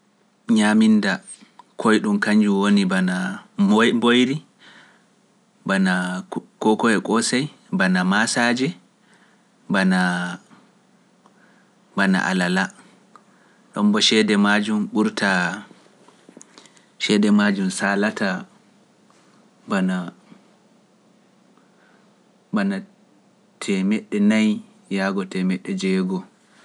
Nñaminda koye ɗum kañum woni bana mboyri bana kooko e koosai bana maasaaji bana alala ɗum mbo ceede majum ɓurta ceede majum saalata bana temedde nayi yaago temedde jeego(four hundred to five hundred).